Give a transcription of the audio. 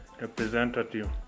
representative